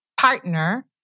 partner